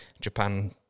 Japan